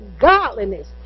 godliness